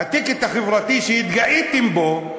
ה"טיקט" החברתי שהתגאיתם בו,